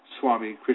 Swami